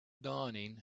dawning